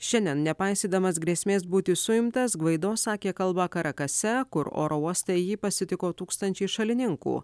šiandien nepaisydamas grėsmės būti suimtas gvaido sakė kalbą karakase kur oro uoste jį pasitiko tūkstančiai šalininkų